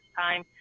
time